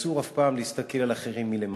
ואסור אף פעם להסתכל על אחרים מלמעלה.